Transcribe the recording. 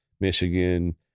Michigan